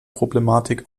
problematik